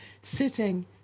sitting